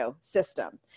system